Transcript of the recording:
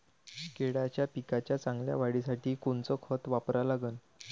केळाच्या पिकाच्या चांगल्या वाढीसाठी कोनचं खत वापरा लागन?